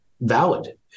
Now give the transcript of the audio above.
valid